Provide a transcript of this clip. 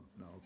no